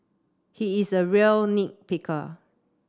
he is a real nit picker